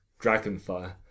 Dragonfire